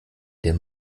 denen